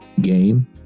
game